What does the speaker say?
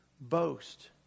boast